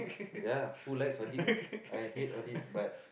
ya who likes audit right I hate audit but